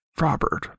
Robert